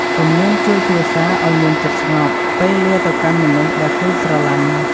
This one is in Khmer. ទំនៀមជួយគ្រួសារឲ្យមានចិត្តស្ងប់ ពេលលារទៅកាន់មនុស្សដែលខ្លួនស្រឡាញ។